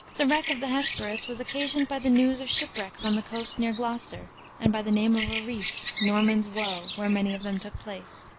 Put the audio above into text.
the wreck of the hesperus was occasioned by the news of shipwrecks on the coast near gloucester and by the name of a reef norman's woe where many of them took place.